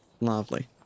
Lovely